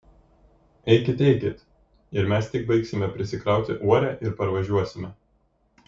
eikit eikit ir mes tik baigsime prisikrauti uorę ir parvažiuosime